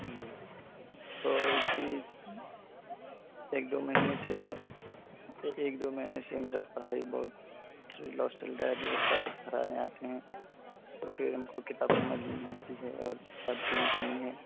تو جی ایک دو مہینے سے میرا ایک دو مہینے سے میرا پڑھائی بہت ہی لوس چل رہا ہے کہ استاد پڑھانے آتے ہیں تو پھر ہم کو کتاب سمجھ میں نہیں آتی ہے اور کتاب کی بھی کمی ہے